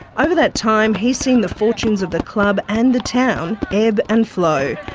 over that time he's seen the fortunes of the club, and the town, ebb and flow.